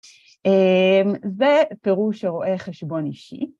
זה פירוש אירועי חשבון אישי.